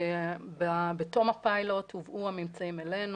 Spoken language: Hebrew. ובתום הפיילוט הובאו הממצאים אלינו.